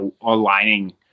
aligning